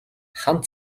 хан